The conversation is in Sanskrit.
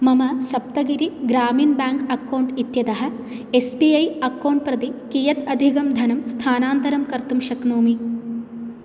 मम सप्तगिरिः ग्रामीणः ब्याङ्क् अक्कौण्ट् इत्यतः एस् बी ऐ अक्कौण्ट् प्रति कियत् अधिकं धनं स्थानान्तरं कर्तुं शक्नोमि